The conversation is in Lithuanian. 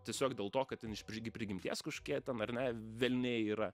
tiesiog dėl to kad ten iš prigi prigimties kažkokie ten ar ne velniai yra